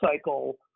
Cycle